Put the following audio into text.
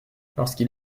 lorsqu’il